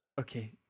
okay